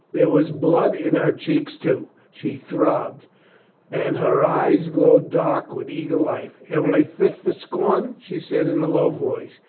there was blood in her cheeks too. she throbbed and her eyes glowed dark with eager life. am i fit for scorn, she said in a low voice,